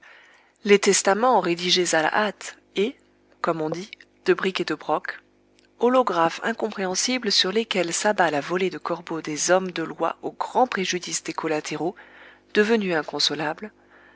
les testaments rédigés à la hâte et comme on dit de bric et de broc olographes incompréhensibles sur lesquels s'abat la volée de corbeaux des hommes de loi au grand préjudice des collatéraux devenus inconsolables